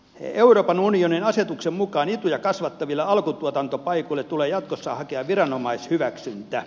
euroopan unionin asetuksen mukaan ituja kasvattaville alkutuotantopaikoille tulee jatkossa hakea viranomaishyväksyntä